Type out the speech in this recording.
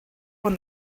when